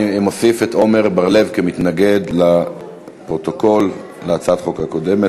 מוסיף לפרוטוקול את עמר בר-לב כמתנגד להצעת החוק הקודמת,